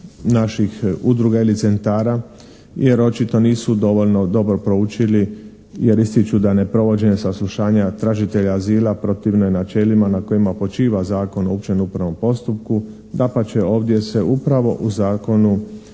naših udruga ili centara jer očito nisu dovoljno dobro proučili jer ističu da neprovođenje saslušanja tražitelja azila protivno je načelima na kojima počiva Zakon o općem upravnom postupku. Dapače ovdje se upravo u zakonu